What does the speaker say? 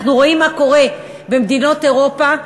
אנחנו רואים מה קורה במדינות אירופה,